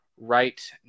right